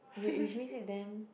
wh~ which makes it damn